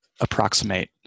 approximate